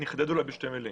אני אחדד בשתי מילים.